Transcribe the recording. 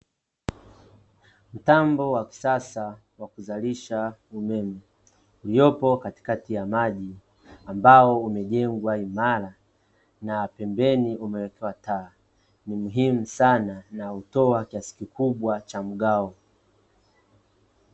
Mtambo wa kisasa wa kuzalisha umeme, uliopo katikati ya maji ambao umejengwa imara na pembeni umewekewa taa. Ni muhimu saana na hutoa kiasi kikubwa cha mgao.